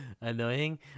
annoying